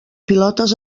pilotes